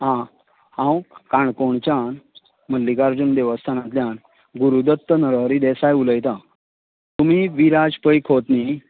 हां हांव काणकोणच्यान मल्लीकार्जून देवस्थानांतल्यान गुरूदत्त नरहरी देसाय उलयता तुमी विराज पै खोत न्ही